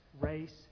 race